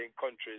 countries